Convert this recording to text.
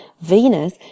venus